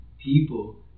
people